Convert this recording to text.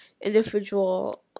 individual